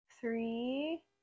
three